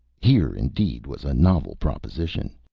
here, indeed, was a novel proposition.